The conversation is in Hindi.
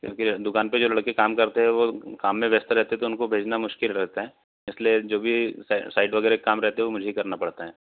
क्योंकि दुकान पर जो लड़के काम करते हैं वो काम में व्यस्त रहते हैं तो उनको भेजना मुश्किल रहता है इसलिए जो भी भी साई साइट वगैरह का काम रहता है मुझे ही करना पड़ता है